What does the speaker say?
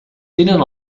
tenen